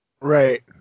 Right